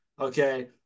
okay